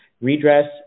redress